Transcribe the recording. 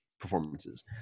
performances